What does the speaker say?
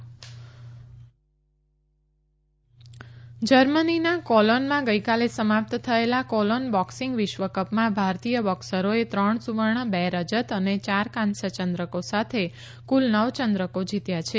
colon boxing વિશ્વકપ જર્મનીના કોલોનમાં ગઇકાલે સમાપ્ત થયેલા કોલોન બોકસીંગ વિશ્વકપમાં ભારતીય બોકસરોએ ત્રણ સુવર્ણ બે રજત અને યાર કાંસ્ય યંદ્રકો સાથે કુલ નવ યંદ્રકો જીત્યા છે